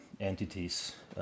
entities